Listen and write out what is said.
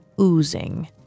oozing